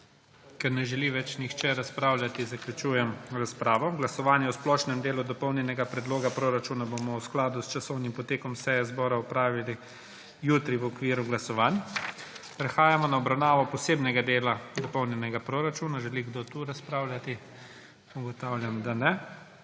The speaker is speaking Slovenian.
Ker ne želi nihče več razpravljati, zaključujem razpravo. Glasovanje o splošnem delu dopolnjenega predloga proračuna bomo v skladu s časovnim potekom seje Državnega zbora opravili jutri v okviru glasovanj. Prehajamo na obravnavo Posebnega dela dopolnjenega proračuna. Želi kdo tu razpravljati? Ugotavljam, da ne.